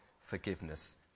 forgiveness